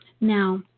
Now